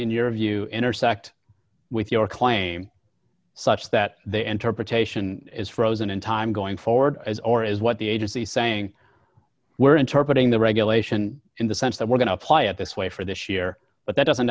in your view intersect with your claim such that they enter petition as frozen in time going forward as or as what the agency saying were interpreting the regulation in the sense that we're going to apply it this way for this year but that doesn't